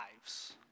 lives